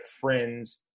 friends